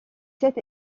sept